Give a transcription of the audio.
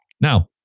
now